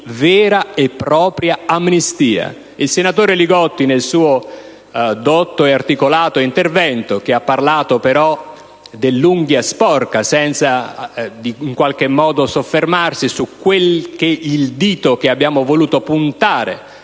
vera e propria amnistia. Il senatore Li Gotti, nel suo dotto e articolato intervento, ha parlato dell'unghia sporca, senza però soffermarsi su ciò che quel dito, che abbiamo voluto puntare